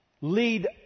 Lead